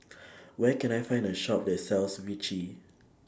Where Can I Find A Shop that sells Vichy